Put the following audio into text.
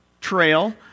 trail